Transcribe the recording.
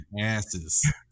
asses